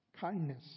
kindness